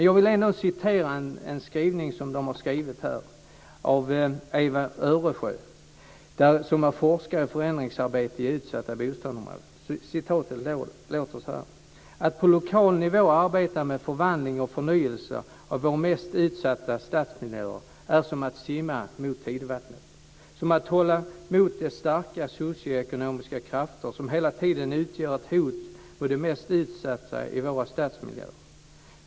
Jag vill ändå återge en skrivning i redovisningen av Eva Öresjö, som har forskat i förändringsarbete i utsatta bostadsområden: Att på lokal nivå arbeta med förvandling och förnyelse av våra mest utsatta stadsmiljöer är som att simma mot tidvattnet, som att hålla mot de starka socio-ekonomiska krafter som hela tiden utgör ett hot mot det mest utsatta i våra stadsmiljöer.